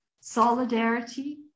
solidarity